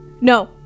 No